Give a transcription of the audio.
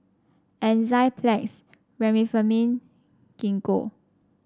Enzyplex Remifemin Gingko